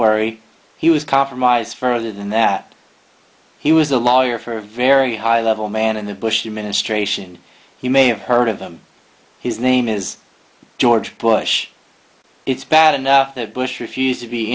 worry he was compromised further than that he was a lawyer for a very high level man in the bush administration he may have heard of them his name is george bush it's bad enough that bush refused to be